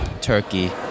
turkey